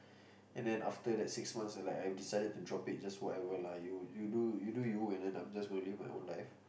and then after the six months like I decided to drop it just forever lah you you do you do you and then I'm just gonna live my own life